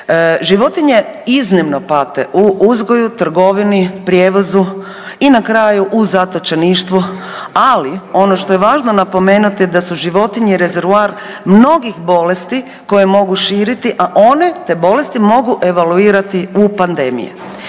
Životinje iznimno pate u uzgoju, trgovini, prijevozu i na kraju u zatočeništvu, ali ono što je važno napomenuti da su životinje rezervoar mnogih bolesti koje mogu širiti, a one te bolesti mogu evaluirati u pandemiji.